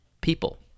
people